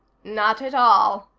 not at all,